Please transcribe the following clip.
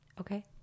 Okay